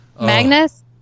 Magnus